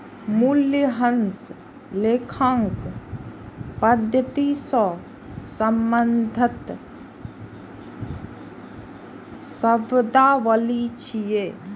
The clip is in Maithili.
मूल्यह्रास लेखांकन पद्धति सं संबंधित शब्दावली छियै